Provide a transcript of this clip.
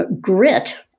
Grit